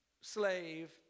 slave